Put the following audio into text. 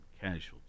casualties